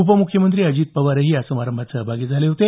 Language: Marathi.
उपम्ख्यमंत्री अजित पवारही या समारंभात सहभागी झाले होते